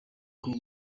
bwo